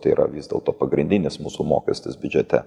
tai yra vis dėlto pagrindinis mūsų mokestis biudžete